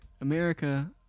America